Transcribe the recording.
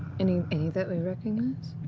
any any that we recognize?